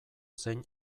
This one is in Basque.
zein